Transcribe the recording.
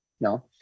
No